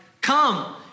come